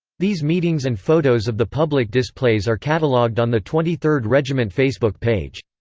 these meetings and photos of the public displays are catalogued on the twenty third regiment facebook page.